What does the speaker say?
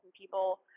people